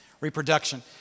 Reproduction